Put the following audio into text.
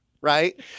right